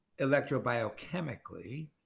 electrobiochemically